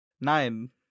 nine